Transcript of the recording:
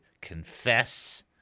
confess